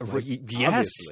Yes